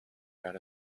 got